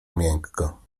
miękko